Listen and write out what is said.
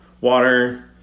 Water